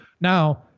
now